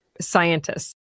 scientists